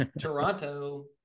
toronto